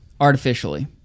artificially